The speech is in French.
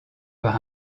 par